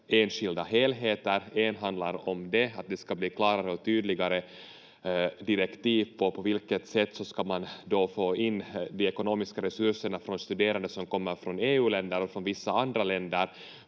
enskilda helheter. En handlar om att det ska bli klarare och tydligare direktiv om på vilket sätt man ska få in de ekonomiska resurserna från studerande som kommer från EU-länder och från vissa andra länder